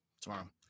tomorrow